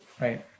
Right